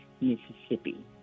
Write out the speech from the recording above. Mississippi